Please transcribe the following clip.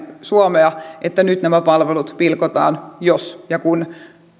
suomea että nyt nämä palvelut pilkotaan jos ja kun